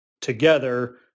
together